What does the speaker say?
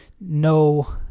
No